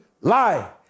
lie